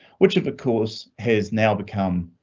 which of course has now become.